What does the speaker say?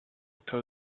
till